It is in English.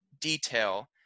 detail